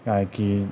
काहेकि